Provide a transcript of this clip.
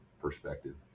perspective